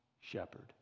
shepherd